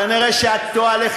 כנראה את טועה.